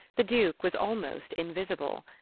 the duke was almost invisible.